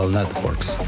networks